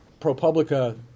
ProPublica